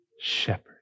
shepherd